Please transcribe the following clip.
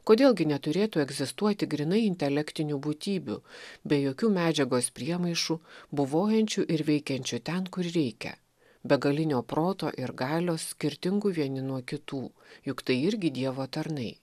kodėl gi neturėtų egzistuoti grynai intelektinių būtybių be jokių medžiagos priemaišų buvojančių ir veikiančių ten kur reikia begalinio proto ir galios skirtingų vieni nuo kitų juk tai irgi dievo tarnai